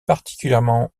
particulièrement